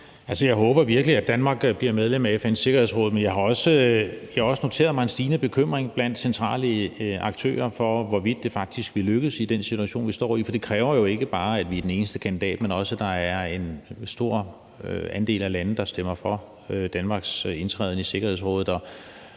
jeg håber virkelig, at Danmark bliver medlem af FN's Sikkerhedsråd. Men jeg har også noteret mig en stigende bekymring blandt centrale aktører for, hvorvidt det faktisk vil lykkes i den situation, vi står i, for det kræver jo ikke bare, at vi er den eneste kandidat, men også, at der er en stor andel af lande, der stemmer for Danmarks indtræden i Sikkerhedsrådet.